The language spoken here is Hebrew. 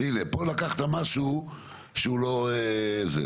אז הנה, פה לקחת משהו שהוא לא זה.